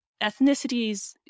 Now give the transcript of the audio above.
ethnicities